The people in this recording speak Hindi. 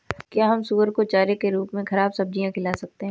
क्या हम सुअर को चारे के रूप में ख़राब सब्जियां खिला सकते हैं?